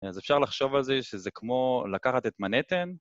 אז אפשר לחשוב על זה שזה כמו לקחת את מנהטן.